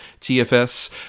TFS